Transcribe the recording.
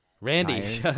Randy